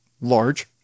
large